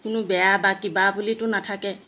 কোনো বেয়া বা কিবা বুলিতো নাথাকে